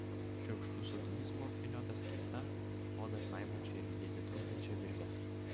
šiurkštus audinys buvo apvyniotas keista odą žnaibančia ir judėti trukdančia virve